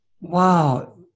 Wow